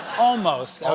almost.